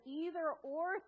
either-or